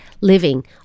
living